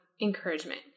encouragement